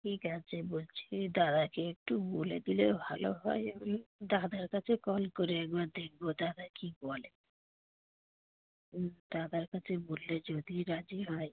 ঠিক আছে বলছি দাদাকে একটু বলে দিলে ভালো হয় আমি দাদার কাছে কল করে একবার দেখবো দাদা কী বলে দাদার কাছে বললে যদি রাজী হয়